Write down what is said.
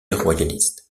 royaliste